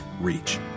reach